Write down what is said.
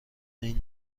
این